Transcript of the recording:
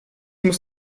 muss